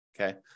Okay